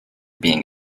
being